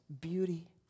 beauty